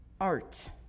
art